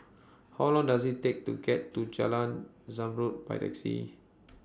How Long Does IT Take to get to Jalan Zamrud By Taxi